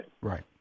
Right